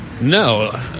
No